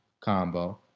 combo